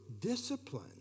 discipline